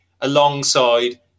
alongside